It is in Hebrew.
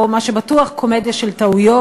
מה שבטוח קומדיה של טעויות.